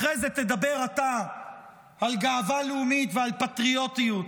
אחרי זה תדבר אתה על גאווה לאומית ועל פטריוטיות,